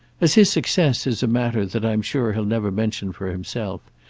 as his success is a matter that i'm sure he'll never mention for himself,